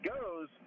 goes